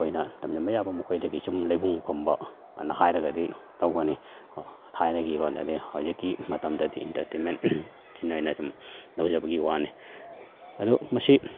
ꯑꯩꯈꯣꯏꯅ ꯇꯝꯖꯟꯕ ꯌꯥꯕ ꯃꯈꯣꯏꯗꯒꯤ ꯁꯨꯝ ꯂꯩꯕꯨꯡ ꯐꯝꯕ ꯑꯅ ꯍꯥꯏꯔꯒꯗꯤ ꯇꯧꯒꯅꯤ ꯊꯥꯏꯅꯒꯤ ꯂꯣꯟꯗꯗꯤ ꯍꯧꯖꯤꯛꯀꯤ ꯃꯇꯝꯗꯗꯤ ꯏꯟꯇꯔꯇꯦꯟꯃꯦꯟ ꯁꯤꯅ ꯑꯣꯏꯅ ꯑꯗꯨꯝ ꯂꯧꯖꯕꯒꯤ ꯋꯥꯅꯤ ꯑꯗꯨ ꯃꯁꯤ